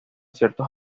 ciertos